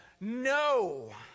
no